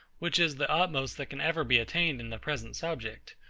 which is the utmost that can ever be attained in the present subject.